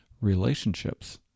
relationships